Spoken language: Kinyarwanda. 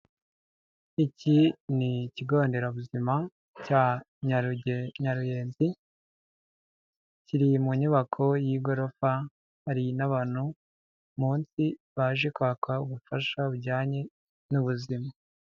Iki ni ikigo nderabuzima cya Nyarugeruyenzi, kiri mu nyubako y'igorofa hari n'abantu munsi baje kwaka ubufasha bujyanye n'ubuzima.